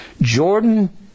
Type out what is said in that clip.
Jordan